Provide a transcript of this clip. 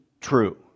true